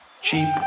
cheap